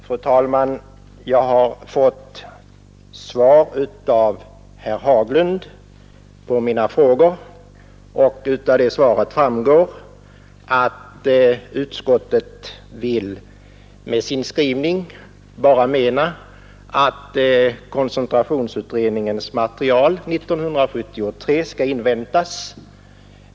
Fru talman! Jag har fått svar på mina frågor av herr Haglund. Av detta framgår att utskottet med sin skrivning bara menar att koncentrationsutredningens material år 1973 skall inväntas.